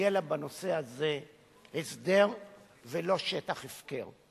יהיה לה בנושא הזה הסדר ולא שטח הפקר.